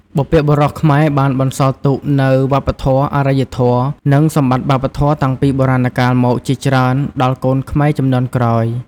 បុព្វបុរសខ្មែរបានបន្សល់ទុកនូវ វប្បធម៌ អរិយធម៌ និងសម្បត្តិវប្បធម៌តាំងពីបុរាណកាលមកជាច្រើនដល់កូនខ្មែរជំនាន់ក្រោយ។